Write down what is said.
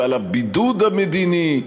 ועל הבידוד המדיני,